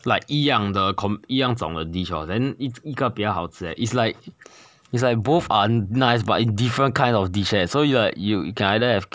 like 一样的 com~ 一样种的 dish hor then 一一个比较好吃:yi yi bi jiao hao chi leh it's like it's like both are nice but is different kinds of dish leh so you like you can either have